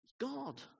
God